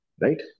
right